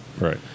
Right